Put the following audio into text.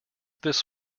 this